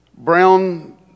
Brown